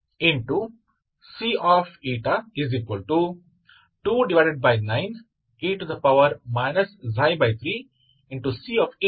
C ಎಂದಾಗುತ್ತದೆ